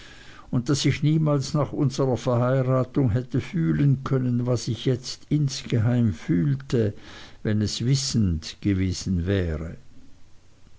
und daß ich niemals nach unserer verheiratung hätte fühlen können was ich jetzt insgeheim fühlte wenn es wissend gewesen wäre